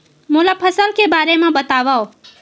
मोला फसल के बारे म बतावव?